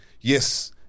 yes